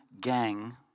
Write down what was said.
gang